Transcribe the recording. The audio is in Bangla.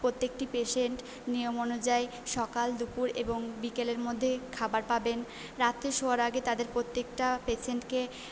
প্রত্যেকটি পেশেন্ট নিয়ম অনুযায়ী সকাল দুপুর এবং বিকেলের মধ্যে খাবার পাবেন রাত্রে শোয়ার আগে তাদের প্রত্যেকটা পেশেন্টকে